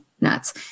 nuts